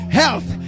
health